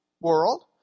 world